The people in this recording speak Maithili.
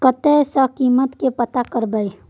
कतय सॅ कीमत के पता करब?